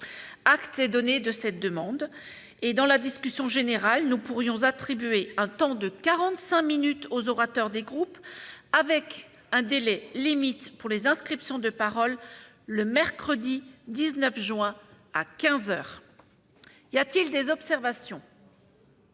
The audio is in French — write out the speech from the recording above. Acte est donné de cette demande. Dans la discussion générale, nous pourrions attribuer un temps de 45 minutes aux orateurs des groupes. Le délai limite pour les inscriptions de parole serait fixé au mercredi 19 juin à quinze heures. Y a-t-il des observations ?